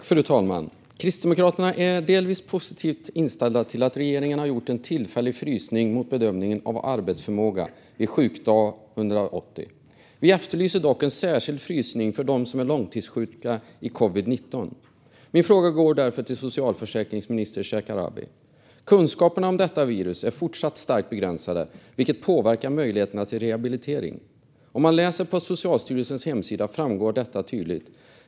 Fru talman! Kristdemokraterna är delvis positivt inställda till att regeringen har gjort en tillfällig frysning av bedömningen av arbetsförmåga vid sjukdag 180. Vi efterlyser dock en särskild frysning för dem som är långtidssjuka i covid-19. Min fråga går därför till socialförsäkringsminister Shekarabi. Kunskaperna om detta virus är fortfarande starkt begränsade, vilket påverkar möjligheterna till rehabilitering. På Socialstyrelsens hemsida framgår detta tydligt.